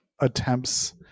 attempts